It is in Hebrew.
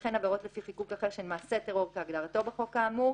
וכן עבירות לפי חיקוק אחר שהן מעשה טרור כהגדרתו בחוק האמור.